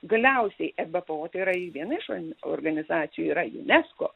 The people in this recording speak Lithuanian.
galiausiai ebpo tai yra viena iš organizacijų yra unesco